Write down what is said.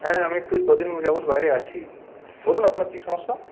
হ্যাঁ আমি একটু এই কদিন যাবৎ বাইরে আছি বলুন আপনার কী সমস্যা